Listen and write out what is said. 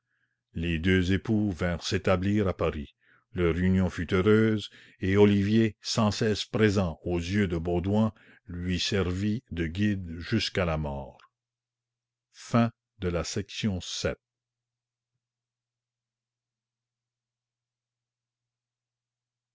les deux époux vinrent s'établir à paris leur union fut heureuse et olivier sans cesse présent aux yeux de baudouin lui servit de guide jusqu'à la mort